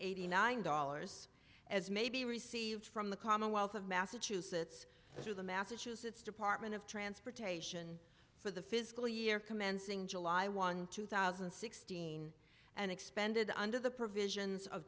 eighty nine dollars as may be received from the commonwealth of massachusetts through the massachusetts department of transportation for the fiscal year commencing july one two thousand and sixteen and expended under the provisions of